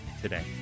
today